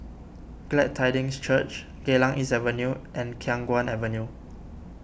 Glad Tidings Church Geylang East Avenue and Khiang Guan Avenue